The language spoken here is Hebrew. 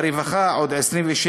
ברווחה, עוד 27,